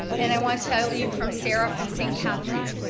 and i want to tell you from sarah from st. catharine's,